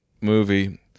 movie